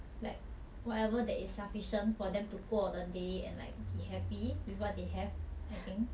like whatever that is sufficient for them to go on a day and like be happy with what they have I think